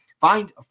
Find